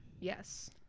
Yes